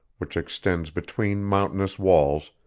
which extends between mountainous walls,